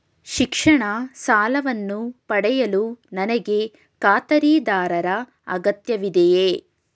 ಶಿಕ್ಷಣ ಸಾಲವನ್ನು ಪಡೆಯಲು ನನಗೆ ಖಾತರಿದಾರರ ಅಗತ್ಯವಿದೆಯೇ?